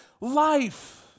life